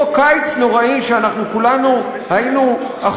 אותו קיץ נוראי,